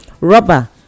Rubber